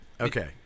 Okay